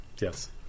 Yes